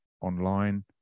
online